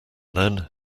then